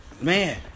Man